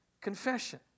confession